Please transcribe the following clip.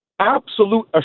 absolute